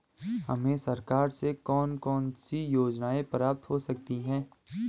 हमें सरकार से कौन कौनसी योजनाएँ प्राप्त हो सकती हैं?